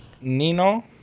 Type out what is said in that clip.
Nino